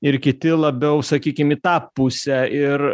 ir kiti labiau sakykim į tą pusę ir